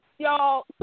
Y'all